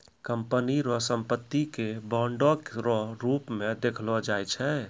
company रो संपत्ति के बांडो रो रूप मे देखलो जाय छै